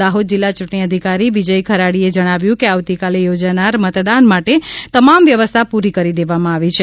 દાહોદ જિલ્લા ચૂંટણી અધિકારી વિજય ખરાડીએ જણાવ્યું છે કે આવતીકાલે યોજાનારા મતદાન માટે તમામ વ્યવસ્થા પૂરી કરી દેવામાં આવી છે